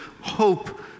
hope